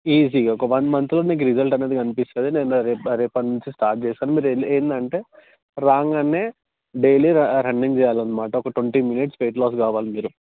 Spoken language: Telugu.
ఈజీగా ఒక వన్ మంత్లో మీకు రిజల్ట్ అనేది కనిపిస్తుంది నేను రేప రేపటి నుంచి స్టార్ట్ చేస్తాను మీరు ఏంటి ఏంటంటే రాగానే డైలీ ర రన్నింగ్ చేయాలన్నమాట ఒక ట్వంటీ మినిట్స్ వెయిట్ లాస్ కావాలి మీరు